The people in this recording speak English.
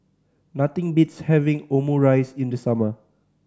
nothing beats having Omurice in the summer